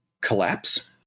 collapse